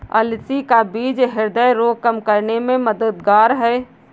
अलसी का बीज ह्रदय रोग कम करने में मददगार है